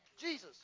Jesus